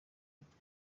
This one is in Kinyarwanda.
imitwe